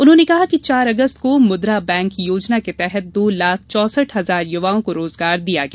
उन्होंने कहा कि चार अगस्त को मुद्रा बैंक योजना के तहत दो लाख चौसठ हजार युवाओं को रोजगार दिया गया